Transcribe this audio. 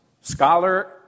scholar